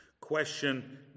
question